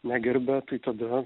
negerbia tai tada